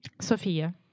Sofia